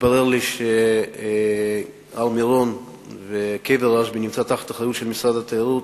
והתברר לי שהר-מירון וקבר רשב"י נמצאים תחת האחריות של משרד התיירות.